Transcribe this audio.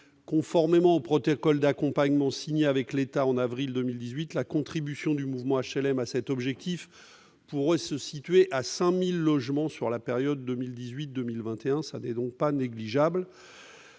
Conformément au protocole d'accompagnement signé avec l'État en avril dernier, la contribution du mouvement HLM à cet objectif pourrait se situer à 5 000 logements sur la période 2018-2021. Cela n'est pas négligeable.